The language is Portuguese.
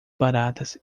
baratas